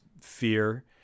fear